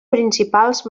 principals